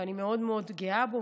ואני מאוד מאוד גאה בו,